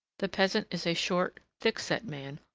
the peasant is a short, thick-set man,